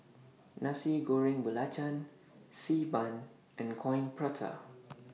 Nasi Goreng Belacan Xi Ban and Coin Prata